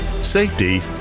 safety